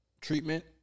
treatment